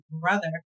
brother